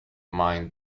mind